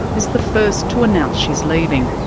is the first to announce she's leaving.